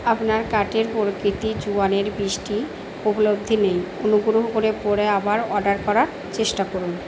আপনার কার্টের প্রকৃতি জোয়ানের বীজটি উপলব্ধ নেই অনুগ্রহ করে পরে আবার অর্ডার করার চেষ্টা করুন